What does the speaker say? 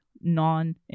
non